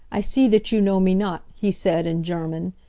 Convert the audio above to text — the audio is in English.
i see that you know me not, he said, in german,